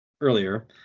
earlier